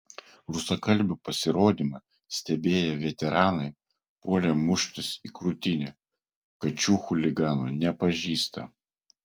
rusakalbių pasirodymą stebėję veteranai puolė muštis į krūtinę kad šių chuliganų nepažįsta